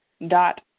dot